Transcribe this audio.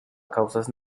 causas